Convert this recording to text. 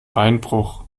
beinbruch